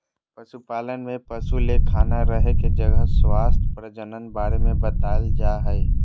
पशुपालन में पशु ले खाना रहे के जगह स्वास्थ्य प्रजनन बारे में बताल जाय हइ